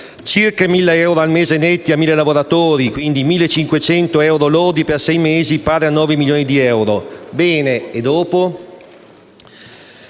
Circa 1.000 euro al mese netti a 1.000 lavoratori, circa 1.500 euro lordi per sei mesi, pari a 9 milioni di euro: bene, ma dopo?